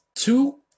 two